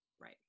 Right